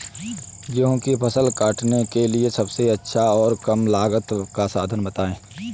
गेहूँ की फसल काटने के लिए सबसे अच्छा और कम लागत का साधन बताएं?